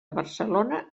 barcelona